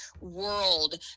world